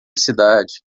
cidade